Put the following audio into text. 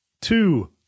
Two